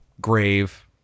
grave